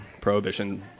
prohibition